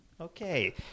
Okay